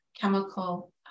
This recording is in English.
chemical